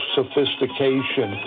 sophistication